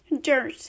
dirt